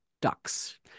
ducks